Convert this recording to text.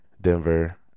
Denver